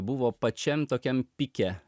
buvo pačiam tokiam pike